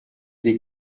des